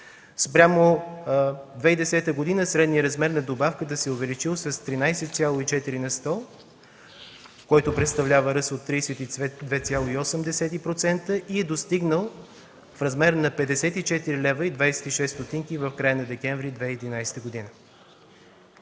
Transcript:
Спрямо 2010 г. средният размер на добавката се е увеличил с 13,4 на сто, което представлява ръст от 32,8% и е достигнал размер от 54,26 лв. в края на декември 2011 г.